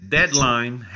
Deadline